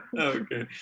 Okay